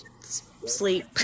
sleep